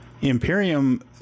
imperium